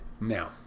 Now